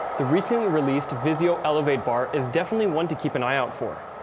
the recently released vizio elevate bar is definitely one to keep and eye out for.